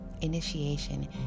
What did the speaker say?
Initiation